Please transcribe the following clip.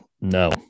No